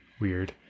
weird